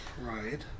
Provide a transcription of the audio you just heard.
right